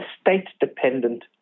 state-dependent